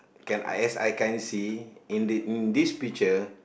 can I yes I can see in this picture